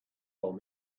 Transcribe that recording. old